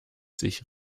sich